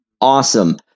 awesome